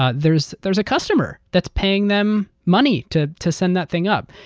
ah there's there's a customer that's paying them money to to send that thing up.